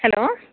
hello